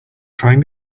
trying